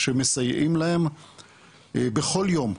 שמסייעים להם בכל יום,